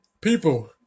People